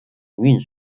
运算